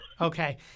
Okay